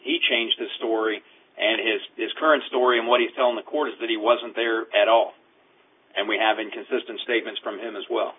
he changed the story and his current story and what he's telling the court is that he wasn't there at all and we have inconsistent statements from him as well